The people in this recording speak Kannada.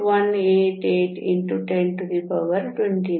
188 x 1029